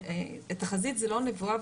תחזית זה לא נבואה,